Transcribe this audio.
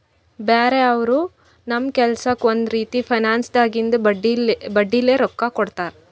ಬ್ಯಾರೆ ಅವರು ನಮ್ ಕೆಲ್ಸಕ್ಕ್ ಒಂದ್ ರೀತಿ ಫೈನಾನ್ಸ್ದಾಗಿಂದು ಬಡ್ಡಿಲೇ ರೊಕ್ಕಾ ಕೊಡ್ತಾರ್